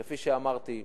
כפי שאמרתי,